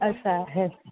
असं आहे